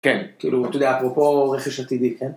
כן, כאילו, אתה יודע, אפרופו רכש עתידי, כן?